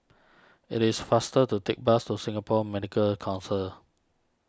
it is faster to take bus to Singapore Medical Council